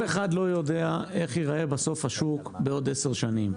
אף אחד לא יודע איך ייראה בסוף השוק בעוד עשר שנים,